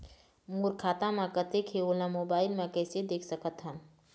मोर खाता म कतेक हे ओला मोबाइल म कइसे देख सकत हन?